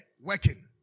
working